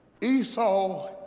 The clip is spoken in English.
Esau